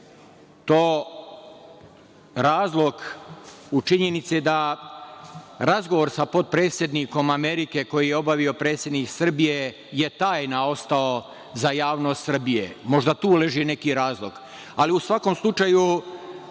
to razlog u činjenici da razgovor sa potpredsednikom Amerike koji je obavi predsednik Srbije je ostao tajna za javnost Srbije. Možda tu leži neki razlog. U svakom slučaju,